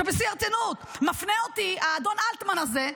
עכשיו בשיא הרצינות: מפנה אותי האדון אלטמן הזה,